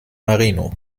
marino